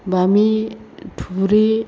बामि थुरि